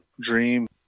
dream